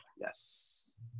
Yes